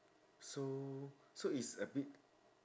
so so it's a bit